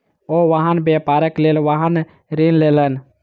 ओ वाहन व्यापारक लेल वाहन ऋण लेलैन